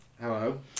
Hello